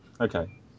Okay